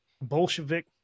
Bolshevik